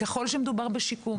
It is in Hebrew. ככל שמדובר בשיקום,